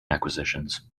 acquisitions